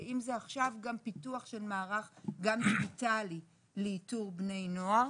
ואם זה עכשיו גם פיתוח של מערך גם דיגיטלי לאיתור בני נוער.